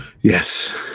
Yes